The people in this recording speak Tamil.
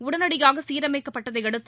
உடனடியாக சீரமைக்கப்பட்டதையடுத்து